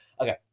Okay